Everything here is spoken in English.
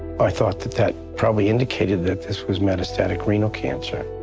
i thought that that probably indicated that this was metastatic renal cancer.